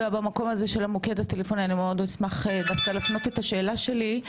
במקום הזה של המוקד הטלפוני אני מאוד אשמח להפנות את השאלה שלי.